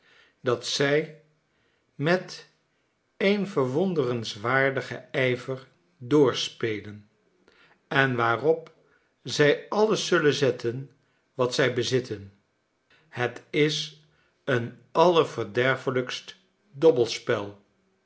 dat zij met een verwonderenswaardigenijver doorspelen en waarop zij alles zullen zetten wat zij bezitten het is een allerverderfelijkst dobbelspel